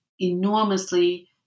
enormously